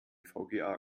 vga